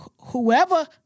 whoever